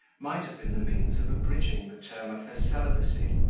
might have been the means of abridging the term of her celibacy,